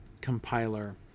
compiler